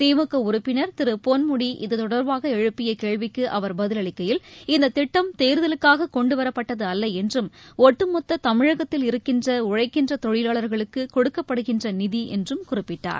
திமுக உறுப்பினர் திரு பொன்முடி இதுதொடர்பாக எழுப்பிய கேள்விக்கு அவர் பதிலளிக்கையில் இந்த திட்டம் தேர்தலுக்காக கொண்டுவரப்பட்டது அல்ல என்றும் ஒட்டுமொத்த தமிழகத்தில் இருக்கின்ற உழழக்கின்ற தொழிலாளர்களுக்கு கொடுக்கப்படுகின்ற நிதி என்றும் குறிப்பிட்டார்